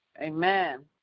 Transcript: Amen